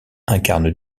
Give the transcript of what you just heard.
incarne